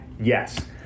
Yes